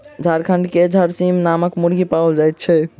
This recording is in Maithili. झारखंड मे झरसीम नामक मुर्गी पाओल जाइत छै